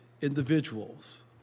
individuals